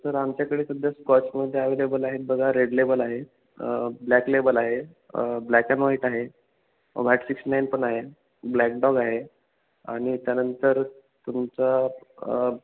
sir आमच्याकडे सध्या स्कॉचमध्ये अवेलेबल आहेत बघा रेड लेबल आहे ब्लॅक लेबल आहे ब्लॅक अँड व्हाईट आहे व्हॅट सिक्स्टी नाईन पण आहे ब्लॅक डॉग आहे आणि त्यानंतर तुमचा